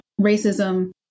racism